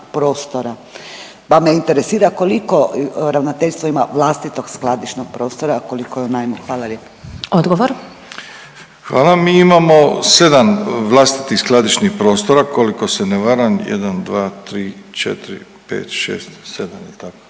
prostora. Pa me interesira koliko ravnateljstvo ima vlastitog skladišnog prostora, a koliko je u najmu? Hvala lijepo. **Glasovac, Sabina (SDP)** Odgovor. **Milatić, Ivo** Hvala. Mi imamo 7 vlastitih skladišnih prostora ukoliko se ne varam. Jedan, dva, tri, četiri, pet, šest, sedam jel' tako?